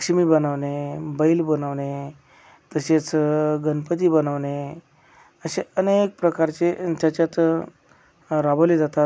लक्ष्मी बनवणे बैल बनवणे तसेच गणपती बनवणे असे अनेक प्रकारचे त्याच्यात राबवले जातात